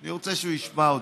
אני רוצה שהוא ישמע אותי.